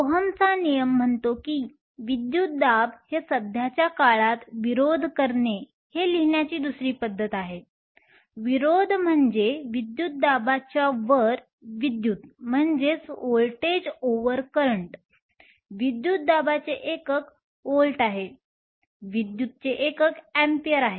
ओहमचा नियम म्हणतो की विद्युतदाब हे सध्याच्या काळात विरोध करणे हे लिहिण्याची दुसरी पद्धत आहे विरोध म्हणजे विद्युतदाबाच्या वर विद्युत विद्युतदाबाचे एकक व्होल्ट आहे विद्युतचे एकक अँपिअर आहे